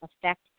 affect